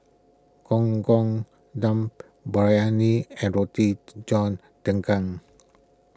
Gong Gong Dum Briyani and Roti John Daging